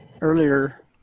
Earlier